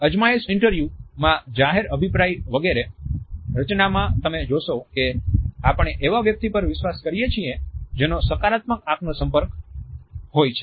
અજમાયશ ઇન્ટરવ્યુ માં જાહેર અભિપ્રાય વગેરે રચનામાં તમે જોશો કે આપણે એવા વ્યક્તિ પર વિશ્વાસ કરીએ છીએ જેનો સકારાત્મક આંખનો સંપર્ક હોય છે